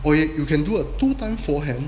我也 you can do a two time forehand